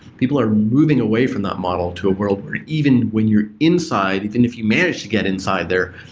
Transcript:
people are moving away from that model to a world where even when you're inside, even if you manage to get inside there,